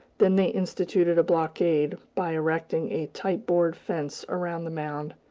then they instituted a blockade, by erecting a tight-board fence around the mound,